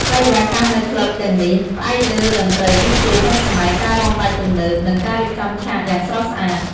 បរិយាកាសនៅក្លឹបទាំងនេះ ផ្អែកលើតន្ត្រីឌីជេទាន់សម័យ, ការរាំបែបទំនើប, និង ការរៀបចំឆាកយ៉ាងស្រស់ស្អាត។